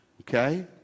okay